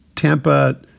Tampa